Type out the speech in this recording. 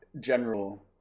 General